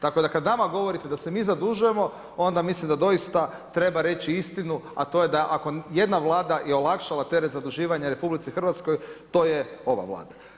Tako da kada nama govorite da se mi zadužujemo, onda mislim da doista treba reći istinu, a to je ako jedna vlada je olakšala teret zaduživanja RH to je ova vlada.